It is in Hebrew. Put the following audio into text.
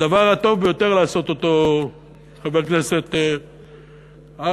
הדבר הטוב ביותר לעשות, חבר הכנסת אגבאריה,